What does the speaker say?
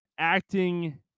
Acting